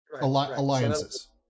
Alliances